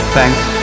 Thanks